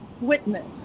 witness